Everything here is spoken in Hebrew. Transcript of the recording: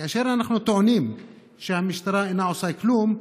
וכאשר אנחנו טוענים שהמשטרה אינה עושה כלום,